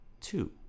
two